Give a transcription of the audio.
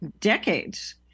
decades